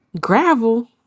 gravel